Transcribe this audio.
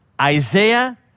Isaiah